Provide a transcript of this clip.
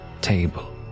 table